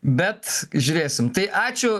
bet žiūrėsim tai ačiū